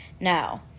no